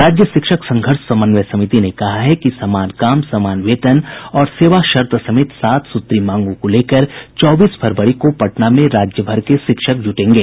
राज्य शिक्षक संघर्ष समन्वय समिति ने कहा है कि समान काम समान वेतन और सेवा शर्त समेत सात सूत्री मांगों को लेकर चौबीस फरवरी को पटना में राज्य भर के शिक्षक जूटेंगे